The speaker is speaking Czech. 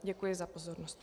Děkuji za pozornost.